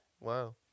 Wow